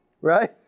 Right